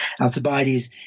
Alcibiades